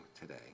today